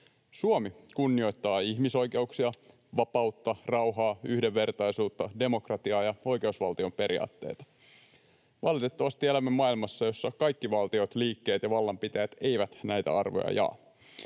Suomi kunnioittaa ihmisoikeuksia, vapautta, rauhaa, yhdenvertaisuutta, demokratiaa ja oikeusvaltion periaatteita. Valitettavasti elämme maailmassa, jossa kaikki valtiot, liikkeet ja vallanpitäjät eivät näitä arvoja jaa.